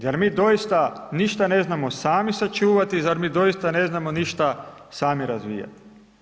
Zar mi doista ništa ne znamo sami sačuvati, zar mi doista ne znamo sami razvijati?